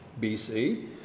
BC